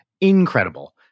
Incredible